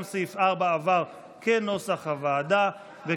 גם סעיף 4, כנוסח הוועדה, עבר.